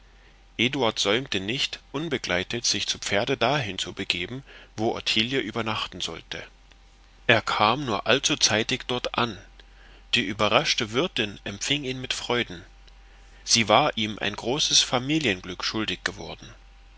eduard säumte nicht unbegleitet sich zu pferde dahin zu begeben wo ottilie übernachten sollte er kam nur allzuzeitig dort an die überraschte wirtin empfing ihn mit freuden sie war ihm ein großes familienglück schuldig geworden